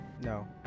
no